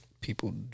people